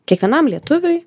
kiekvienam lietuviui